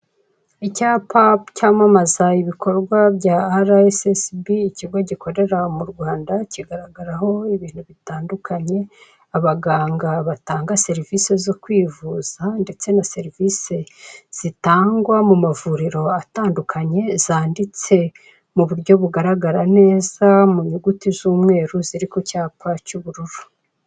Icyapa cyamamaza ibikorwa bya RSSB, ikigo gikorera mu Rwanda kigaragaraho ibintu bitandukanye, abaganga batanga serivise zo kwivuza ndetse na serivise zitangwa mu mavuriro atandukanye, zanditse mu buryo bugaragara neza, munyuguti z'umweru ziri ku cyapa cy'ubururu.